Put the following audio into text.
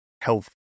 health